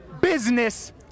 business